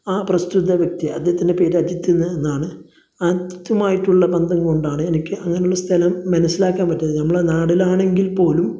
ആ പ്രസ്തുത വ്യക്തി അദ്ദേഹത്തിൻ്റെ പേര് അജിത്ത് എന്നാണ് അജിത്തുമായിട്ടുള്ള ബന്ധം കൊണ്ടാണ് എനിക്ക് അങ്ങനെ ഉള്ള സ്ഥലം മനസ്സിലാക്കാൻ പറ്റുന്നത് നമ്മളെ നാട്ടിലാണെങ്കിൽ പോലും